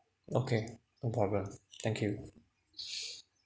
okay no problem thank you